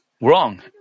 wrong